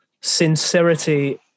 sincerity